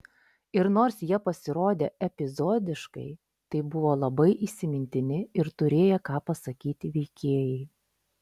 ir nors jie pasirodė epizodiškai tai buvo labai įsimintini ir turėję ką pasakyti veikėjai